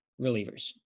relievers